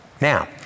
Now